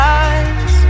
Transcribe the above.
eyes